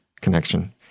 connection